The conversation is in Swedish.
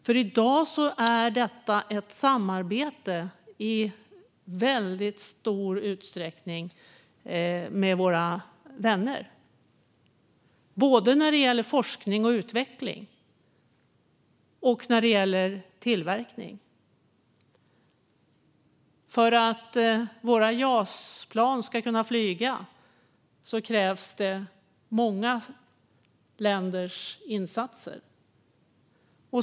I dag är detta i väldigt stor utsträckning ett samarbete med våra vänner, både när det gäller forskning och utveckling och när det gäller tillverkning. För att våra Jasplan ska kunna flyga krävs många länders insatser.